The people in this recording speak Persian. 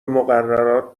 مقررات